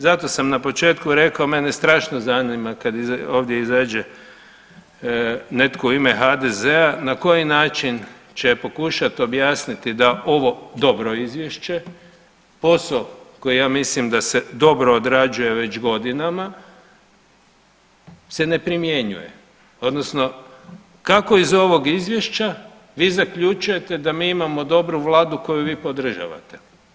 Zato sam na početku rekao mene strašno zanima kad ovdje izađe netko u ime HDZ-a na koji način će pokušati objasniti da je ovo dobro izvješće, posao koji ja mislim da se dobro odrađuje već godinama se ne primjenjuje, odnosno kako iz ovog izvješća vi zaključujete da mi imamo dobru Vladu koju vi podržavate.